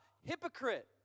hypocrite